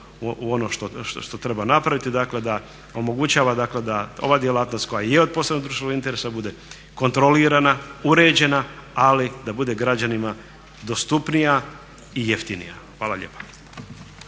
na ono što treba napraviti. Dakle, omogućava dakle da ova djelatnost koja je od posebnog državnog interesa bude kontrolirana, uređena ali da bude građanima dostupnija i jeftinija. Hvala lijepa.